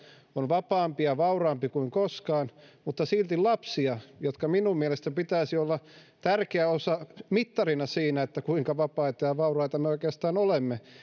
on vapaampi ja vauraampi kuin koskaan mutta silti lapsia joiden minun mielestäni pitäisi olla tärkeä osa ja mittarina siinä kuinka vapaita ja vauraita me oikeastaan olemme